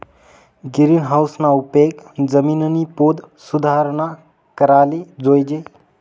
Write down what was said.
गिरीनहाऊसना उपेग जिमिननी पोत सुधाराना करता कराले जोयजे